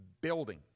building